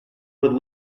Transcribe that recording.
would